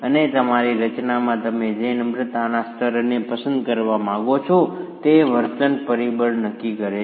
અને તમારી રચનામાં તમે જે નમ્રતાના સ્તરને પસંદ કરવા માંગો છો તે વર્તન પરિબળ નક્કી કરે છે